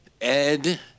Ed